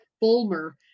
Bulmer